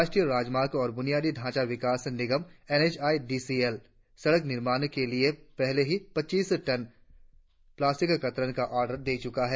राष्ट्रीय राजमार्ग और बुनियादी ढांचा विकास निगम N H I D C L सड़क निर्माण के लिए पहले ही पच्चीस टन प्लास्टिक कतरन का ऑर्डर दे चुका है